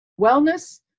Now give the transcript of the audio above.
wellness